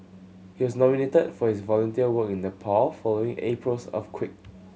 he was nominated for his volunteer work in Nepal following April's earthquake